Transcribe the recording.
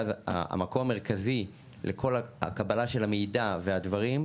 המקום המרכזי לכל הקבלה של המידע והדברים,